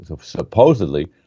supposedly